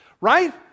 Right